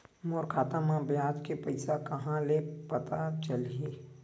मोर खाता म ब्याज के पईसा ह कहां ले पता चलही?